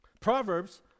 Proverbs